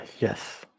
Yes